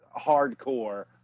hardcore